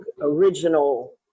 original